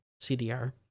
CDR